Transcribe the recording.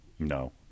No